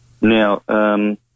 Now